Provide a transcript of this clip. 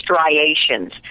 striations